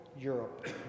Europe